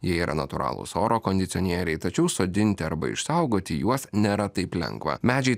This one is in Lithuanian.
jie yra natūralūs oro kondicionieriai tačiau sodinti arba išsaugoti juos nėra taip lengva medžiai